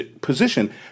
position